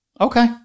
okay